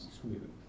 smooth